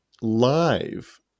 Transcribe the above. live